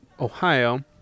Ohio